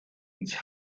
ins